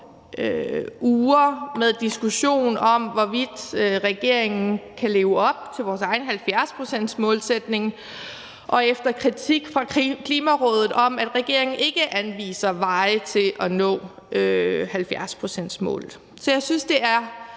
uger med diskussioner om, hvorvidt regeringen kan leve op til vores 70-procentsmålsætning, og efter kritik fra Klimarådet om, at regeringen ikke anviser veje til at nå 70-procentsmålet. Så jeg synes, at det er